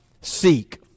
seek